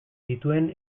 dituen